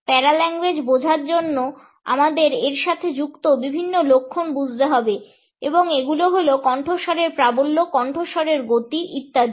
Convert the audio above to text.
প্যারাভাষা বোঝার জন্য আমাদের এর সাথে যুক্ত বিভিন্ন লক্ষণ বুঝতে হবে এবং এগুলো হল কণ্ঠস্বরের প্রাবল্য কণ্ঠস্বরের গতি ইত্যাদি